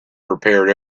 prepared